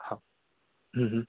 हा